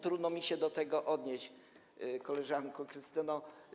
Trudno mi się do tego odnieść, koleżanko Krystyno.